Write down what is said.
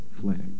flag